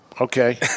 Okay